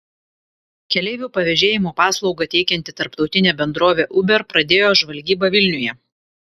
keleivių pavėžėjimo paslaugą teikianti tarptautinė bendrovė uber pradėjo žvalgybą vilniuje